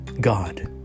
god